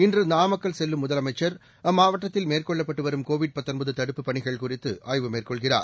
இன்றுநாமக்கல் செல்லும் முதலமைச்சா் அம்மாவட்டத்தில் மேற்கொள்ளப்பட்டுவரும் கோவிட் தடுப்புப் பணிகள் குறித்துஆய்வு மேற்கொள்கிறார்